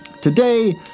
today